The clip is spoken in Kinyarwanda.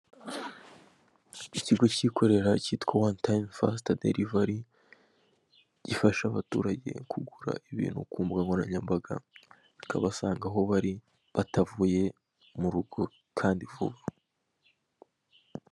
Ikigo cyikorera cyitwa wan fasita delivari gifasha abaturage kugura ibintu ku mbuga nkoranyambaga bikabasanga aho bari batavuye mu rugo kandi vuba.